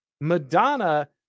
Madonna